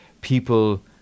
people